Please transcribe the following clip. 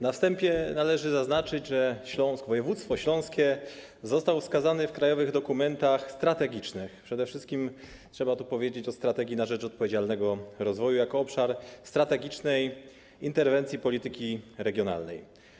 Na wstępie należy zaznaczyć, że Śląsk - województwo śląskie - został wskazany w krajowych dokumentach strategicznych, przede wszystkim trzeba tu powiedzieć o „Strategii na rzecz odpowiedzialnego rozwoju”, jako obszar strategicznej interwencji polityki regionalnej.